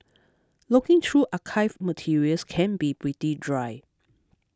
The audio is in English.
looking through archived materials can be pretty dry